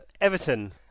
Everton